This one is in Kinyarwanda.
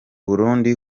burundi